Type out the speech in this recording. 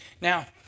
Now